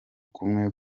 kumwe